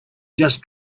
just